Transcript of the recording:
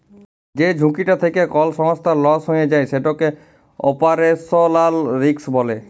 যে ঝুঁকিটা থ্যাকে কল সংস্থার লস হঁয়ে যায় সেটকে অপারেশলাল রিস্ক ব্যলে